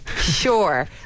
Sure